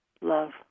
love